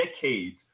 decades